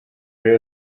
rayon